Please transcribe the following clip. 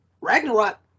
Ragnarok